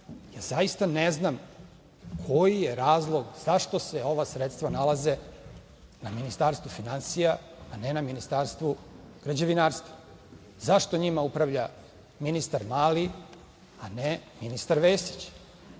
Zaista ne znam koji je razlog zašto se ova sredstva nalaze na Ministarstvu finansija, a ne na Ministarstvu građevinarstva. Zašto njima upravlja ministar Mali, a ne ministar Vesić,